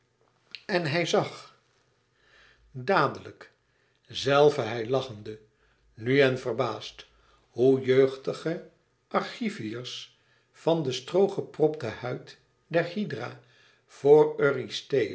en hij zag dadelijk zelve hij lachende nu en verbaasd hoe jeugdige argiviërs van den stroo gepropten huid der hydra voor